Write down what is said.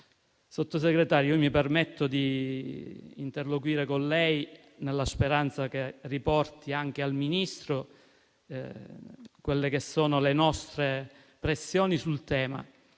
Sottosegretario, io mi permetto di interloquire con lei nella speranza che riporti anche al Ministro le nostre impressioni sul tema.